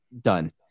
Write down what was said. done